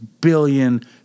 billion